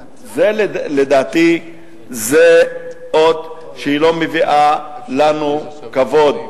זה, לדעתי, אות שלא מביא לנו כבוד.